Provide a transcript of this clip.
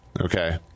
Okay